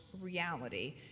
reality